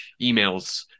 emails